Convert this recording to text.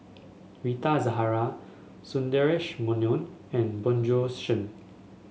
Rita Zahara Sundaresh Menon and Bjorn Shen